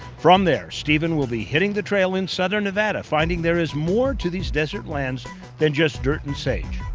from there steve and will be hitting the trail in southern nevada, finding there is more to thse desert lands than just dirt and sage.